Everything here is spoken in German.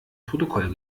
protokoll